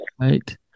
Right